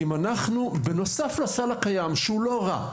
אם בנוסף לסל הקיים, שהוא לא רע,